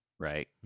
Right